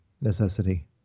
necessity